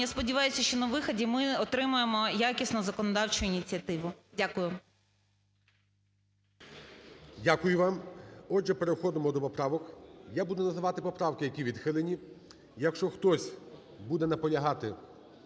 сподіваюся, що на виході ми отримаємо якісну законодавчу ініціативу. Дякую. ГОЛОВУЮЧИЙ. Дякую вам. Отже, переходимо до поправок. Я буду називати поправки, які відхилені. Якщо хтось буде наполягати